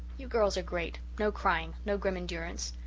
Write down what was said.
you girls are great no crying, no grim endurance.